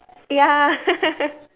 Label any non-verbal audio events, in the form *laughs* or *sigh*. ya *laughs*